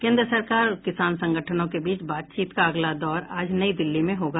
केन्द्र सरकार और किसान संगठनों के बीच बातचीत का अगला दौर आज नई दिल्ली में होगा